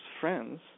friends